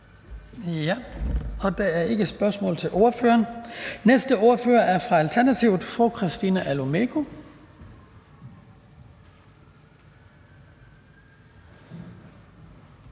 Der er ikke spørgsmål til ordføreren. Næste ordfører er fra Alternativet. Fru Christina Olumeko.